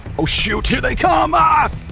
oh shoot, here they come! ahh!